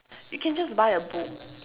you can just buy a book